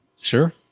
Sure